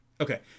okay